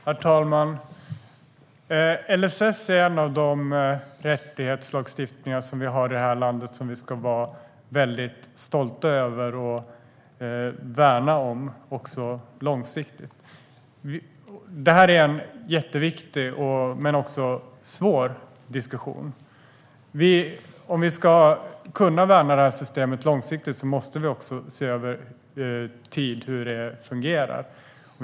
Herr talman! LSS är en av de rättighetslagstiftningar vi har i det här landet som vi ska vara stolta över och värna om, också långsiktigt. Det här är en jätteviktig men också svår diskussion. Om vi ska kunna värna det här systemet långsiktigt måste vi också se över hur det fungerar över tid.